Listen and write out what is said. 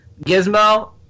Gizmo